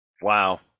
Wow